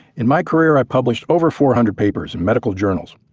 in my career i've published over four hundred papers in medical journals.